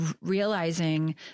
realizing